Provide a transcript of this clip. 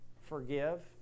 forgive